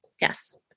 Yes